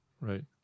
right